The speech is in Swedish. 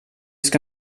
ska